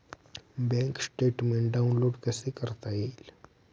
Bank statement download कसे करता येईल?